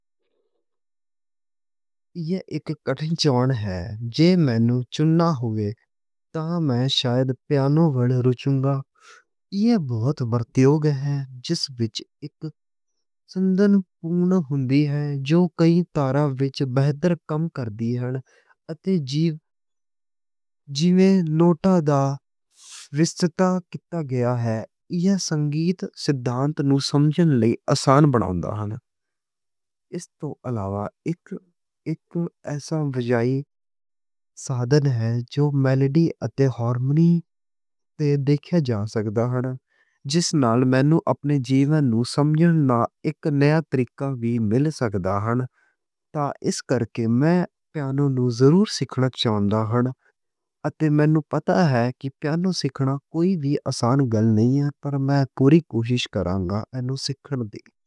ایہ اک کٹھن چون ہے، جے مینوں چُننا ہووے تاں میں شاید پیانو وَلّ چُون گا۔ ایہ بہت ورتن جوگ ہے جس وچ اک سُندر تَون ہوندی ہے۔ جو کئی تاراں وچ بہتر کم کردی ہیں۔ اتے جیوں نوٹاں دی وسعت کیتی گئی ہے۔ ایہ سنگیت سدّھانتی نوں سمجھݨ لئی آسان بناؤندے ہیں۔ اس توں علاوہ اک ایسا وِجائی سادن ہے۔ جو میلوڈی اتے ہارمنی تے ویکھے جا سکدے ہیں۔ جس نال مینوں اپنے جیون نوں سمجھݨ دا اک نوّا طریقہ وی مِل سکدا ہے۔ تَاں اس کرکے میں پیانو نوں ضرور سِکھنا چاہُندا ہاں۔ اتے مینوں پتہ ہے کہ پیانو سِکھنا کوئی وی آسان گل نہیں ہے پر میں پُوری کوشش کرُوں گا اینوں سِکھݨ دی۔